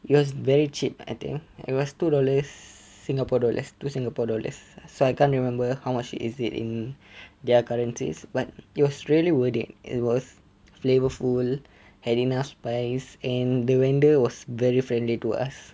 it was very cheap I think it was two dollars singapore dollars two singapore dollars so I can't remember how much is it in their currencies but it was really worth it it was flavourful had enough spice in the vendor was very friendly to us